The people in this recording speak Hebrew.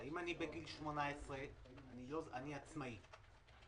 והעובד או היחיד הגישו לעניין זה הצהרה לחברה